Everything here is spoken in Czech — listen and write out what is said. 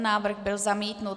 Návrh byl zamítnut.